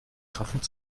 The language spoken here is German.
krachend